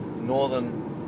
Northern